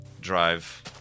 drive